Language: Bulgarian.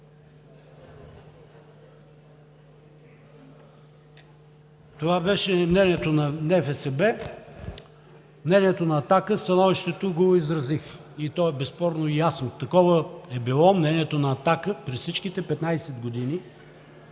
Това беше мнението на НФСБ. Мнението на „Атака“, становището го изразих, и то е безспорно и ясно. Такова е било мнението на „Атака“ през всичките 15 години